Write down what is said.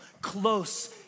close